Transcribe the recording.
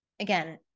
again